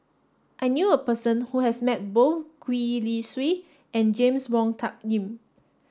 I knew a person who has met both Gwee Li Sui and James Wong Tuck Yim